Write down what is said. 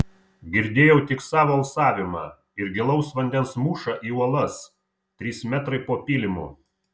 girdėjau tik savo alsavimą ir gilaus vandens mūšą į uolas trys metrai po pylimu